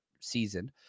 season